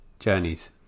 journeys